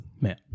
Man